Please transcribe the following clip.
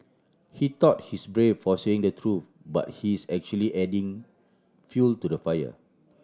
he thought he's brave for saying the truth but he's actually adding fuel to the fire